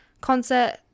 concert